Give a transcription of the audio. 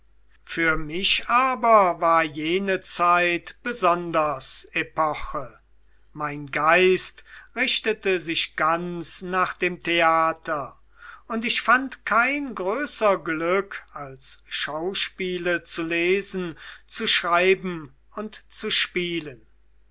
für mich aber war jene zeit besonders epoche mein geist richtete sich ganz nach dem theater und ich fand kein größer glück als schauspiele zu lesen zu schreiben und zu spielen